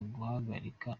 guhagarika